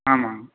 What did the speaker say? ஆமாங்க